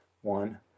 one